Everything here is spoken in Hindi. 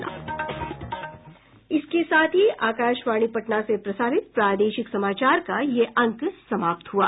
इसके साथ ही आकाशवाणी पटना से प्रसारित प्रादेशिक समाचार का ये अंक समाप्त हुआ